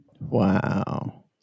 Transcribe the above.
Wow